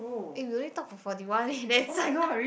eh we only talk for Forty One minutes